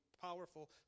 powerful